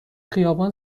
خیابان